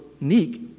unique